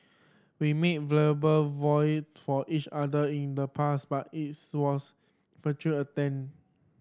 we made verbal vows to each other in the past but it was futile attempt